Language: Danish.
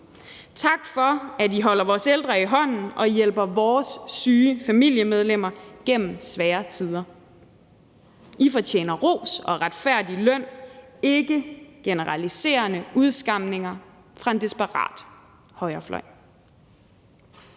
Tak for, at I holder vores ældre i hånden og hjælper vores syge familiemedlemmer gennem svære tider. I fortjener ros og retfærdig løn, ikke generaliserende udskamninger fra en desperat højrefløj.